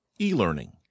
e-learning